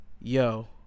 yo